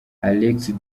alexis